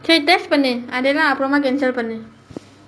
சரி:sari test பண்ணு அப்புறமா அதெல்லாம்:pannu appuramaa athellaam cancel பண்ணு:pannu